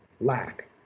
lack